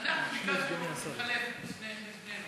אנחנו ביקשנו להתחלף, שנינו.